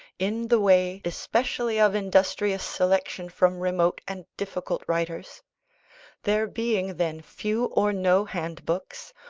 in the way especially of industrious selection from remote and difficult writers there being then few or no handbooks,